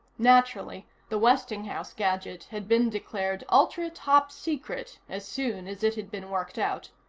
naturally, the westinghouse gadget had been declared ultra top secret as soon as it had been worked out.